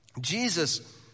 Jesus